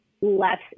less